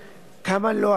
בלבד, כלומר,